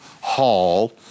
hall